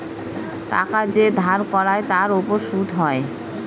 টাকা যে ধার করায় তার উপর সুদ হয়